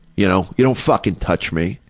you know, you don't fucking touch me.